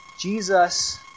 Jesus